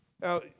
Now